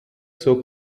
zur